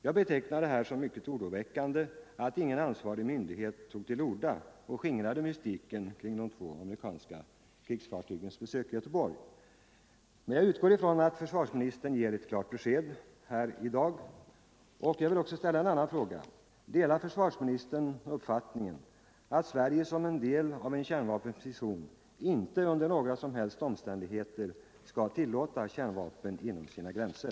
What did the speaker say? Jag betecknar det som mycket oroväckande att ingen ansvarig myndighet tog till orda och skingrade mystiken kring de två amerikanska krigsfartygens besök i Göteborg, men jag utgår från att försvarsministern ger ett klart besked här i dag. Slutligen vill jag också ställa en annan fråga: Delar försvarsministern uppfattningen att Sverige som en del av en kärnvapenfri zon inte under några som helst omständigheter skall tillåta kärnvapen inom sina gränser?